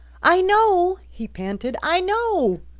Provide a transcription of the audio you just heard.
i know! he panted. i know!